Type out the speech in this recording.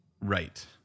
Right